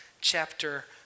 chapter